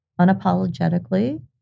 unapologetically